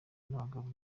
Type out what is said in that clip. n’abagabo